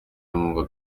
ngo